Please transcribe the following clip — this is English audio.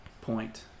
point